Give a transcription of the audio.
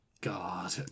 god